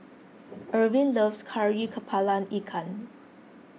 Irvin loves Kari Kepala Ikan